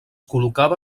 col·locava